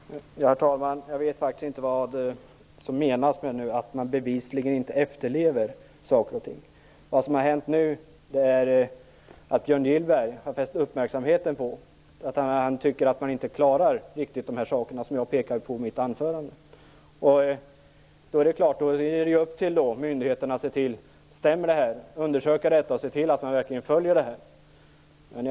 Herr talman! Jag vet faktiskt inte vad som menas med att man bevisligen inte skulle efterleva saker och ting. Vad som nu har hänt är att Björn Gillberg har fäst uppmärksamheten på att man enligt hans uppfattning inte riktigt klarar de saker som jag pekade på i mitt anförande. Det är då upp till myndigheterna att undersöka om detta stämmer och att se till att uppställda krav verkligen tillgodoses.